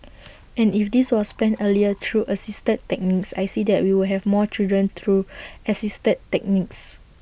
and if this was planned earlier through assisted techniques I see that we would have more children through assisted techniques